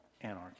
anarchy